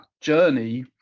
journey